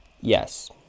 yes